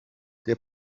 der